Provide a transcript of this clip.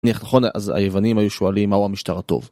נכון, אז היוונים היו שואלים מהו המשטר הטוב.